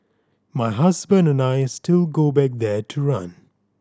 my husband and I still go back there to run